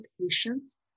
patients